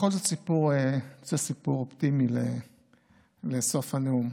בכל זאת אני רוצה לספר סיפור אופטימי לסוף הנאום.